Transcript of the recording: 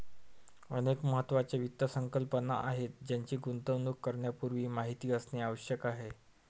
अनेक महत्त्वाच्या वित्त संकल्पना आहेत ज्यांची गुंतवणूक करण्यापूर्वी माहिती असणे आवश्यक आहे